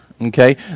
Okay